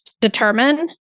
determine